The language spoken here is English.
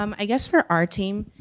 um i guess for our team,